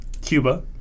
Cuba